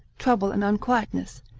trouble, and unquietness,